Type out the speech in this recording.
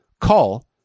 Call